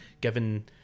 given